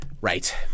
Right